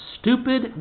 stupid